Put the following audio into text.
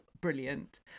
Brilliant